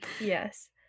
yes